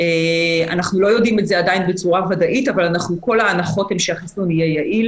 מותר לה להגיד קטגורית, ואתה רק מפריע לדיון.